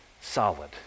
solid